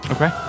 Okay